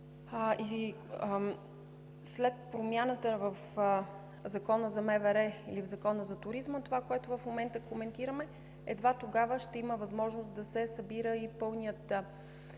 След промяната в Закона за МВР и в Закона за туризма – това, което в момента коментираме, едва тогава ще има възможност да се събира и пълният